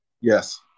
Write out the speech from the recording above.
Yes